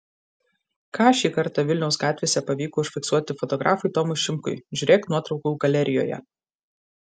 ką šį kartą vilniaus gatvėse pavyko užfiksuoti fotografui tomui šimkui žiūrėk nuotraukų galerijoje